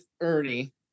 Ernie